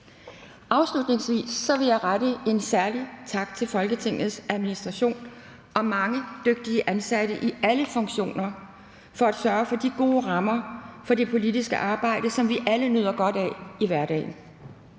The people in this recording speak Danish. Afslutningsvis vil jeg rette en særlig tak til Folketingets administration og mange dygtige ansatte i alle funktioner for at sørge for de gode rammer for det politiske arbejde, som vi alle nyder godt af i hverdagen.